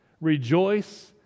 Rejoice